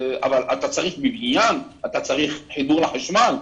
אבל אתה צריך חיבור לחשמל,